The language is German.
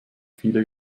viele